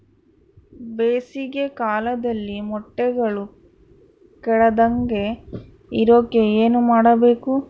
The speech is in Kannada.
ಬೇಸಿಗೆ ಕಾಲದಲ್ಲಿ ಮೊಟ್ಟೆಗಳು ಕೆಡದಂಗೆ ಇರೋಕೆ ಏನು ಮಾಡಬೇಕು?